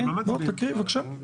תקריא, בבקשה.